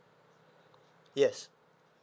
yes